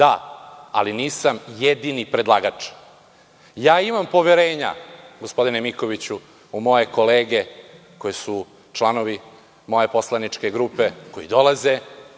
da, ali nisam jedini predlagač. Imam poverenja, gospodine Mikoviću, u moje kolege koji su članovi moje poslaničke grupe, koji dolaze